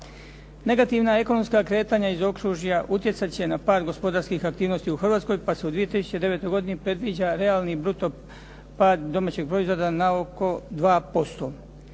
Negativna ekonomska kretanja iz okružja utjecat će na par gospodarskih aktivnosti u Hrvatskoj pa se u 2009. godini predviđa realni bruto pad domaćeg proizvoda na oko 2%.